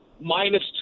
minus